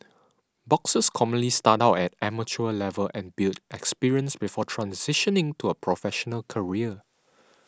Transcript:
boxers commonly start out at amateur level and build experience before transitioning to a professional career